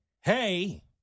Hey